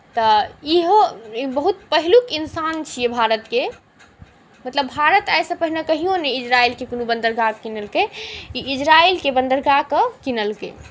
तऽ इहो बहुत पहिलुक इन्सान छियै भारतके मतलब भारत आइसँ पहिने कहिओ नहि इजरायलके कोनो बन्दरगाह किनलकै ई इजरायलके बन्दरगाहकेँ किनलकै